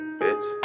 bitch